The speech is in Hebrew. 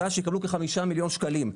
עוד 6 שיקבלו 5 מיליון שקלים,